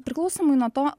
priklausomai nuo to